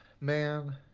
man